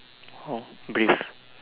oh breathe